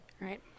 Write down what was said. Right